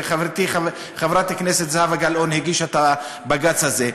וחברתי חברת הכנסת זהבה גלאון הגישה את הבג"ץ הזה,